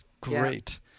Great